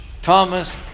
Thomas